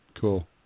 Cool